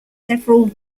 several